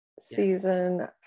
season